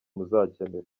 muzakenera